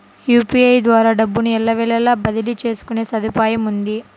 UPI ద్వారా డబ్బును ఎల్లవేళలా బదిలీ చేసుకునే సదుపాయముంది